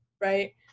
right